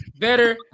Better